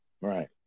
Right